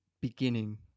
beginning